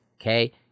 Okay